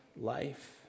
life